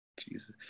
Jesus